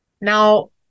now